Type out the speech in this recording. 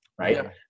Right